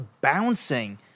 bouncing